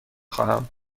خواهم